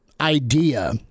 idea